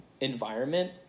environment